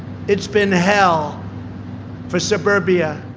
it's been hell for suburbia,